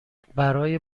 برای